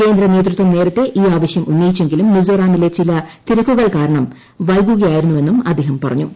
കേന്ദ്ര നേതൃത്വം നേരത്തെ ഈ ആവശ്യം ഉന്നയിച്ചെങ്കിലും മിസോറാമിലെ ചില തിരക്കുകൾ കാരണം വൈകുകയായിരുന്നെന്നും അദ്ദേഹം പറഞ്ഞു